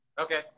okay